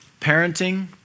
parenting